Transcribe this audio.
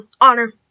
Honor